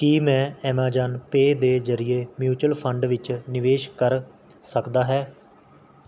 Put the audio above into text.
ਕੀ ਮੈਂ Amazon Pay ਦੇ ਜ਼ਰੀਏ ਮਿਊਚਲ ਫੰਡ ਵਿੱਚ ਨਿਵੇਸ਼ ਕਰ ਸਕਦਾ ਹੈ